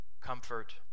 comfort